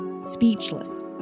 speechless